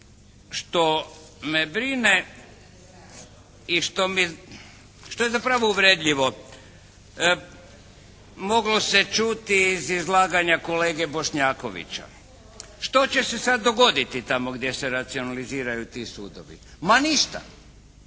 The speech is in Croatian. što me brine i što mi, što je zapravo uvredljivo. Moglo se čuti iz izlaganja kolege Bošnjakovića. Što će se sada dogoditi tamo gdje se racionaliziraju ti sudovi? Ma ništa.